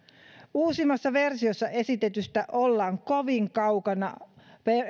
uusimmassa versiossa esitetystä ollaan kovin kaukana